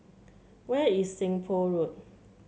where is Seng Poh Road